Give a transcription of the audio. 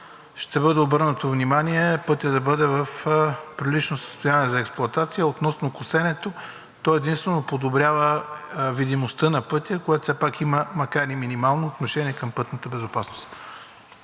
ще бъде обърнато внимание пътят да бъде в прилично състояние за експлоатация. Относно косенето, то единствено подобрява видимостта на пътя, което все пак има макар и минимално отношение към пътната безопасност.